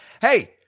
hey